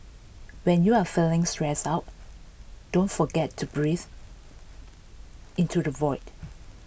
when you are feeling stressed out don't forget to breathe into the void